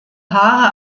haare